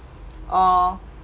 or